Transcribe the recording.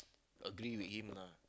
agree with him lah